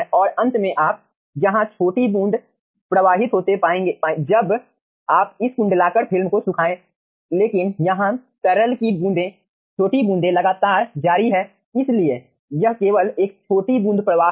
और अंत में आप यहाँ छोटी बूंद प्रवाहित होते पाएं जब आप इस कुंडलाकार फिल्म को सुखाये लेकिन यहाँ तरल की छोटी बूंदें लगातार जारी है इसलिए यह केवल एक छोटी बूंद प्रवाह है